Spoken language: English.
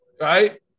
right